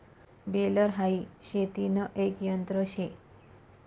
baler हाई शेतीन एक यंत्र शे